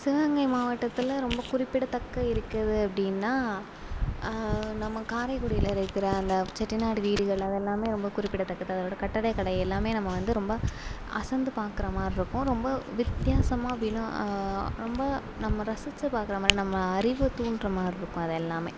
சிவகங்கை மாவட்டத்தில் ரொம்ப குறிப்பிடத்தக்க இருக்கது அப்படினா நம்ம காரைக்குடியில இருக்கிற அந்த செட்டிநாடு வீடுகள் அதெல்லாமே ரொம்ப குறிப்பிடதக்கது அதோட கட்டடக்கலை எல்லாமே நம்ம வந்து ரொம்ப அசந்து பார்க்குற மாதிரி இருக்கும் ரொம்ப வித்தியாசமாக வினோ ரொம்ப நம்ம ரசிச்சு பார்க்குறமாரி நம்ம அறிவ தூன்ற மாதிரி இருக்கும் அதெல்லாமே